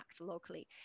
locally